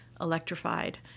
electrified